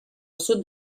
sud